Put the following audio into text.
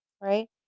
right